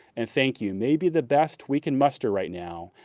and thank you may be the best we can muster right now,